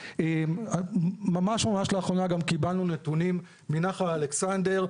ממש לאחרונה גם קיבלנו נתונים מנחל אלכסנדר,